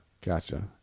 Gotcha